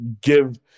give